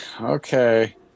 Okay